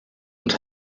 und